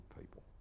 people